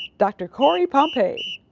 dr. corey pompey.